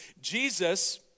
Jesus